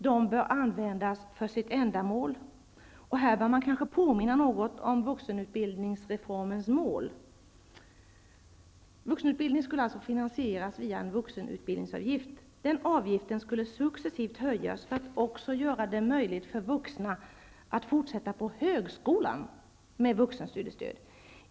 De bör användas för sitt ändamål. Här bör man kanske påminna något om vuxenutbildningsreformens mål. Vuxenutbildningen skulle finansieras genom en vuxenutbildningsavgift. Den avgiften skulle successivt höjas för att också göra det möjligt för vuxna att fortsätta på högskolan med vuxenstudiestöd.